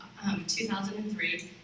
2003